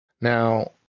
Now